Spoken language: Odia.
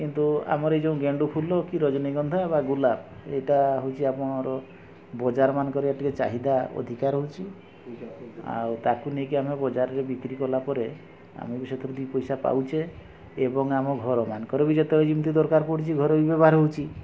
କିନ୍ତୁ ଆମର ଏଇ ଯେଉଁ ଗେଣ୍ଡୁ ଫୁଲ କି ରଜନୀଗନ୍ଧା ବା ଗୋଲାପ ଏଇଟା ହେଉଛି ଆପଣଙ୍କର ବଜାରମାନଙ୍କରେ ଟିକିଏ ଚାହିଦା ଅଧିକା ରହୁଛି ଆଉ ତା'କୁ ନେଇକି ଆମେ ବଜାରରେ ବିକ୍ରୀ କଲାପରେ ଆମେ ବି ସେଥିରୁ ଦୁଇ ପଇସା ପାଉଛେ ଏବଂ ଆମ ଘରମାନଙ୍କରେ ବି ଯେତେବେଳେ ଯେମିତି ଦରକାର ପଡୁଛି ଘରେ ବି ବ୍ୟବହାର ହେଉଛି